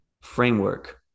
framework